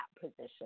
position